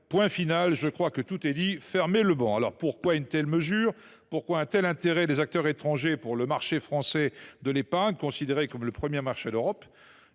étrangères. » Je crois que tout est dit. Pourquoi une telle mesure ? Pourquoi un tel intérêt des acteurs étrangers pour le marché français de l’épargne, considéré comme le premier marché d’Europe ?